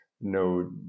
no